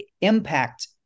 impact